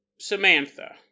Samantha